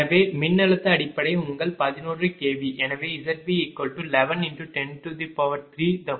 எனவே மின்னழுத்த அடிப்படை உங்கள் 11 kV எனவே ZB11×10321001